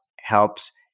helps